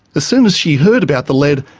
as soon as she heard about the lead,